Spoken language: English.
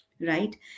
right